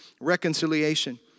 reconciliation